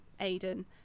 Aiden